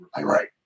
right